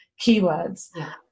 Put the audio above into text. keywords